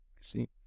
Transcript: see